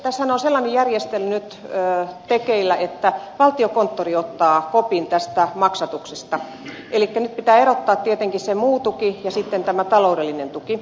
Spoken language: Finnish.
tässähän on sellainen järjestely nyt tekeillä että valtiokonttori ottaa kopin tästä maksatuksesta elikkä nyt pitää erottaa tietenkin se muu tuki ja sitten tämä taloudellinen tuki